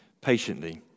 patiently